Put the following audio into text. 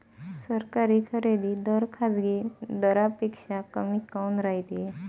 सरकारी खरेदी दर खाजगी दरापेक्षा कमी काऊन रायते?